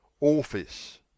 Office